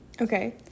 Okay